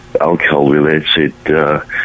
alcohol-related